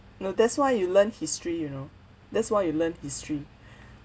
no that's why you learn history you know that's why you learn history